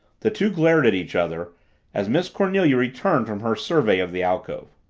the two glared at each other as miss cornelia returned from her survey of the alcove.